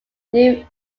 new